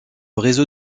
réseau